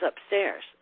upstairs